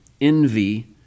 envy